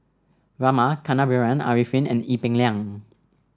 Rama Kannabiran Arifin and Ee Peng Liang